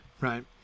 right